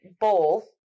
bowl